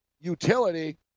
utility